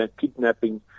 kidnapping